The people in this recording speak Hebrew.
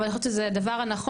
אבל אני חושבת שזה הדבר הנכון,